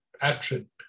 action